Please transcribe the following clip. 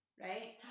right